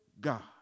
God